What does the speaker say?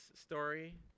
story